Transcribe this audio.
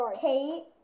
Kate